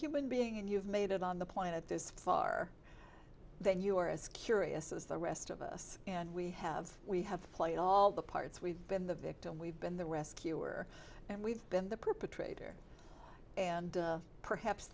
human being and you've made it on the planet this far then you are as curious as the rest of us and we have we have played all the parts we've been the victim we've been the rescuer and we've been the perpetrator and perhaps